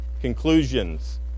Conclusions